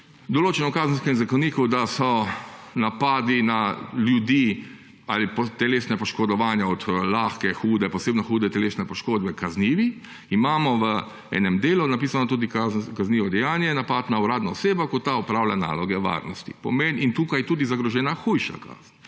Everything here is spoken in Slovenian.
določeno v Kazenskem zakoniku, da so napadi na ljudi ali telesna poškodovanja, od lahke, hude, posebno hude telesne poškodbe, kaznivi, imamo v enem delu napisano tudi kaznivo dejanje – napad na uradno osebo, ko ta opravlja naloge varnosti. In tukaj je tudi zagrožena hujša kazen.